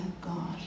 God